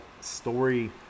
story